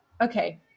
Okay